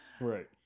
Right